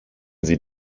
sie